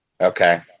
Okay